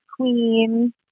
Queen